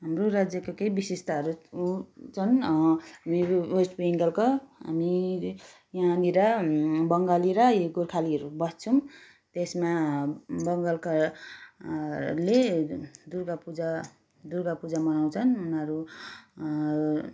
हाम्रो राज्यको केही विशेषताहरू हो छन् हामीहरू वेस्ट बेङ्गालको अनि यहाँनिर बङ्गाली र गोर्खालीहरू बस्छन् त्यसमा बङ्गालका ले दुर्गापूजा दुर्गापूजा मनाउँछन् उनीहरू